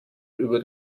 über